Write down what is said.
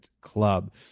Club